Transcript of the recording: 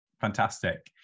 Fantastic